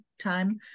time